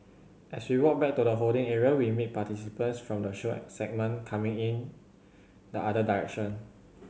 as we walk back to the holding area we meet participants from the show segment coming in the other direction